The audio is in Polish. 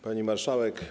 Pani Marszałek!